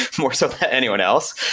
more so than anyone else.